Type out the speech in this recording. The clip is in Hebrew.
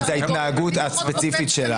זאת ההתנהגות הספציפית שלך.